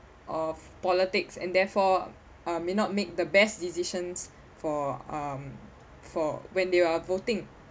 of politics and therefore uh may not make the best decisions for um for when they are voting